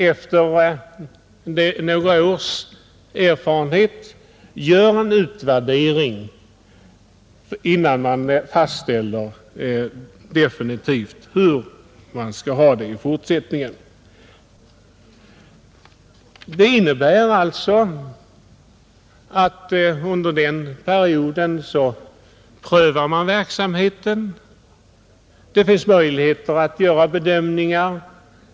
Efter några års erfarenhet görs sedan en utvärdering, innan man definitivt fastställer hur man skall ha det i fortsättningen. Detta innebär alltså att verksamheten prövas under en försöksperiod. Det finns sedan möjligheter att göra bedömningar.